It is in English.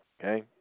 okay